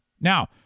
Now